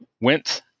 went